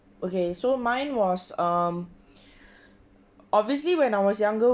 okay so mine was um obviously when I was younger